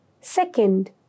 Second